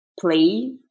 play